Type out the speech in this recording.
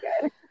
good